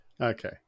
Okay